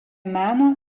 meno